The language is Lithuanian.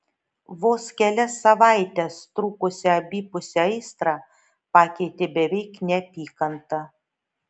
vos kelias savaites trukusią abipusę aistrą pakeitė beveik neapykanta